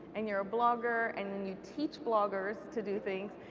and you're a blogger, and you teach bloggers to do things,